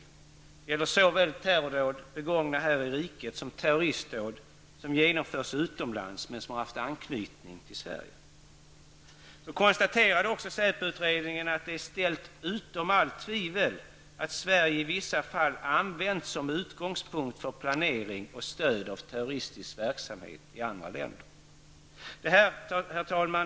Detta gäller såväl terrordåd begångna här i riket som terroristdåd som genomförts utomlands men som har haft anknytning till Sverige. SÄPO utredningen har också konstaterat att det är ställt utom allt tvivel att Sverige i vissa fall har använts som utgångspunkt för planering och stöd av terroristverksamhet i andra länder. Herr talman!